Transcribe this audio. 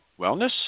Wellness